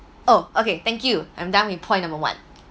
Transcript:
oh okay thank you I'm done with point number one